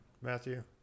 Matthew